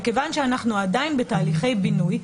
ומכיוון שאנחנו עדיין בתהליכי בינוי,